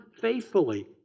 faithfully